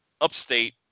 upstate